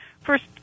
First